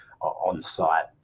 on-site